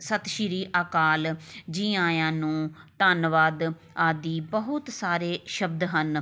ਸਤਿ ਸ਼੍ਰੀ ਅਕਾਲ ਜੀ ਆਇਆਂ ਨੂੰ ਧੰਨਵਾਦ ਆਦਿ ਬਹੁਤ ਸਾਰੇ ਸ਼ਬਦ ਹਨ